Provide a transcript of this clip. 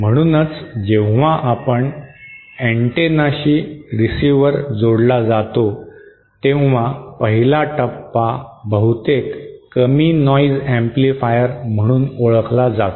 म्हणूनच जेव्हा आपल्याकडे अँटेनाशी रीसीव्हर जोडला जातो तेव्हा पहिला टप्पा बहुतेकदा कमी नॉइज अँप्लिफायर म्हणून ओळखला जातो